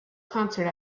concert